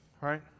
right